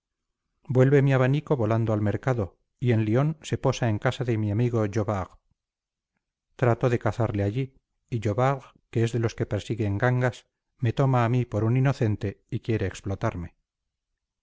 vuelve mi abanico volando al mercado y en lyón se posa en casa de mi amigo jobard trato de cazarle allí y jobard que es de los que persiguen gangas me toma a mí por un inocente y quiere explotarme